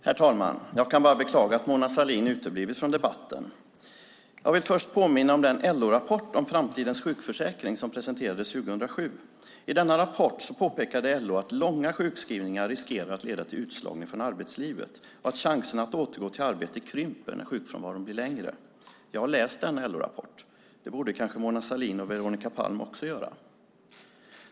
Herr talman! Jag kan bara beklaga att Mona Sahlin har uteblivit från debatten. Jag vill först påminna om den LO-rapport om framtidens sjukförsäkring som presenterades 2007. I denna rapport påpekar LO att långa sjukskrivningar riskerar att leda till utslagning från arbetslivet och att chanserna att återgå till arbete krymper när sjukfrånvaron blir längre. Jag har läst denna LO-rapport. Det borde kanske Mona Sahlin och Veronica Palm också göra.